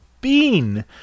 bean